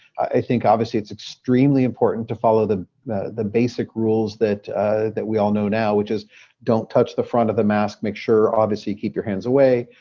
i think, obviously, it's extremely important to follow the the basic rules that that we all know now, which is don't touch the front of the mask. make sure, obviously, keep your hands away.